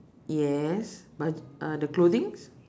yes but uh the clothings